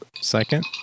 second